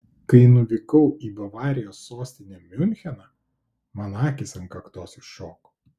kai nuvykau į bavarijos sostinę miuncheną man akys ant kaktos iššoko